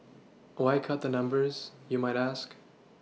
why cut the numbers you might ask